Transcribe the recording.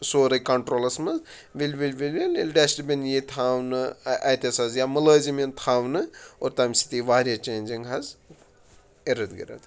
سورُے کَنٹرٛولَس منٛز ؤلۍ ؤلۍ ؤلۍ ؤلۍ ییٚلہِ ڈٮ۪سٹٕبِن یی تھاونہٕ اَتھس حظ یا مُلٲزِم یِن تھَونہٕ اور تَمہِ سٕتۍ یی واریاہ چینجِنٛگ حظ اِرٕد گِرٕد